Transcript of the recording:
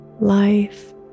Life